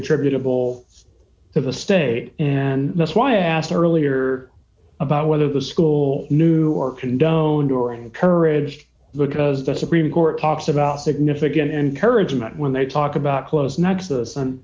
attributable to the state and that's why i asked earlier about whether the school knew or condoned or encouraged because the supreme court talks about significant encouragement when they talk about clo